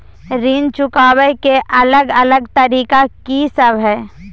ऋण चुकाबय के अलग अलग तरीका की सब हय?